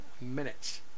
minutes